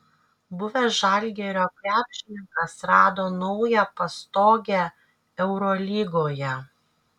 buvęs žalgirio krepšininkas rado naują pastogę eurolygoje